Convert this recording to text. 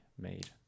made